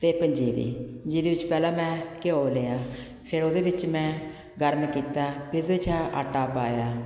ਅਤੇ ਪੰਜੀਰੀ ਜਿਹਦੇ ਵਿੱਚ ਪਹਿਲਾਂ ਮੈਂ ਘਿਓ ਲਿਆ ਫਿਰ ਉਹਦੇ ਵਿੱਚ ਮੈਂ ਗਰਮ ਕੀਤਾ ਫਿਰ ਉਹਦੇ 'ਚ ਆਹ ਆਟਾ ਪਾਇਆ